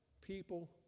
people